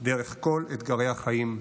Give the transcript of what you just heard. דרך כל אתגרי החיים.